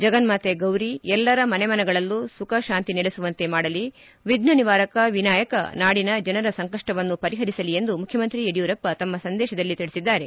ಜಗನ್ನಾತೆ ಗೌರಿ ಎಲ್ಲರ ಮನೆಮನಗಳಲ್ಲೂ ಸುಖಶಾಂತಿ ನೆಲೆಸುವಂತೆ ಮಾಡಲಿ ವಿಫ್ನ ನಿವಾರಕ ವಿನಾಯಕ ನಾಡಿನ ಜನರ ಸಂಕಷ್ಟವನ್ನು ಪರಿಹರಿಸಲಿ ಎಂದು ಮುಖ್ಯಮಂತ್ರಿ ಯಡಿಯೂರಪ್ಪ ತಮ್ಮ ಸಂದೇತದಲ್ಲಿ ತಿಳಿಸಿದ್ದಾರೆ